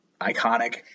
iconic